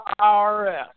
IRS